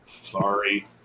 Sorry